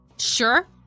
Sure